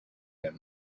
him